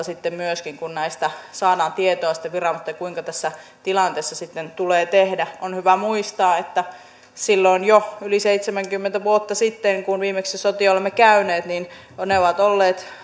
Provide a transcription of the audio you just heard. sitten kun saadaan tietoa viranomaisilta kuinka tässä tilanteessa tulee tehdä on hyvä muistaa että silloin jo yli seitsemänkymmentä vuotta sitten kun viimeksi sotia olemme käyneet ne ovat olleet